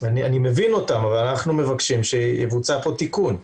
אני מבין את ההסברים אבל אנחנו מבקשים שיבוצע פה תיקון.